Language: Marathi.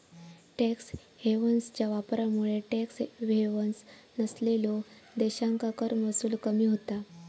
टॅक्स हेव्हन्सच्या वापरामुळे टॅक्स हेव्हन्स नसलेल्यो देशांका कर महसूल कमी होता